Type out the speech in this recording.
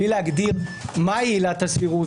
בלי להגדיר מהי עילת הסבירות,